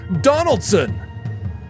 Donaldson